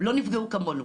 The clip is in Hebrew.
לא נפגעו כמונו,